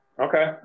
okay